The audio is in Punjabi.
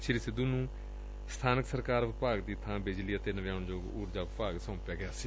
ਸ੍ਰੀ ਸਿੱਧੁ ਨੂੰ ਸਬਾਨਕ ਸਰਕਾਰਾ ਵਿਭਾਗ ਦੀ ਬਾ ਬਿਜਲੀ ਅਤੇ ਨਵਿਆਉਣਯੋਗ ਉਰਜਾ ਵਿਭਾਗ ਸੌਂਪਿਆ ਗਿਆ ਸੀ